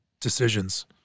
decisions